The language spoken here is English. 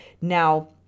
Now